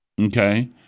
okay